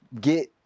get